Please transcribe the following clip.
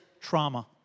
trauma